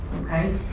okay